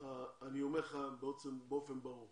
אני אומר לך באופן ברור